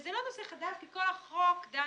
שזה לא נושא חדש כי כל החוק דן